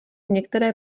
některé